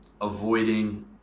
avoiding